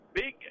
big –